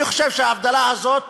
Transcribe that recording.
אני חושב שההבדלה הזאת